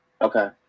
okay